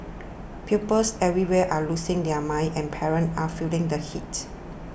pupils everywhere are losing their minds and parents are feeling the heat